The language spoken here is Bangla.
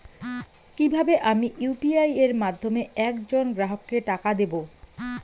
কিভাবে আমি ইউ.পি.আই এর মাধ্যমে এক জন গ্রাহককে টাকা দেবো?